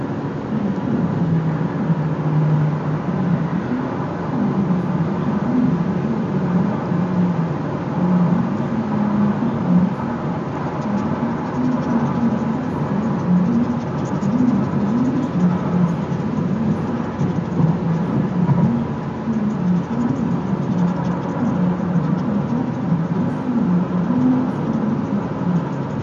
أنا نحب آآ ال-ال-القراية برشا نحب المدرسة برشا عمري في حياتي ما تظاهرت بالمرض باش ما نمشيش للمدرسة آآ أول حاچة أنا بالعكس كي نبدا مريضة وهوما ما يخليونيش نمشي لمصلحتي أنا ومصلحة اللي يقراو معايا باش ما نعديهمش هنا نبدأ نحاول باش نمشي نقرأ نحب القراية برشا متعلقة بمدرستي ومعلميا وأصحابي برشا برشا.